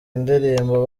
indirimbo